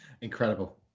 incredible